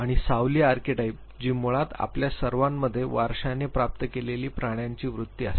आणि सावली आर्केटाइप जी मुळात आपल्या सर्वांमध्ये वारशाने प्राप्त केलेली प्राण्यांची वृत्ती असते